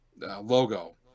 logo